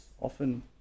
often